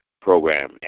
Program